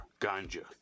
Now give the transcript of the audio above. ganja